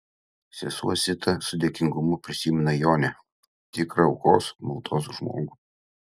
sesuo zita su dėkingumu prisimena jonę tikrą aukos maldos žmogų